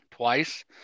twice